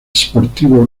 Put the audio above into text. sportivo